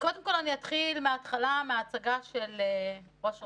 אני אתחיל מההתחלה, מההצגה של ראש רח"ל.